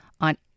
on